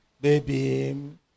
baby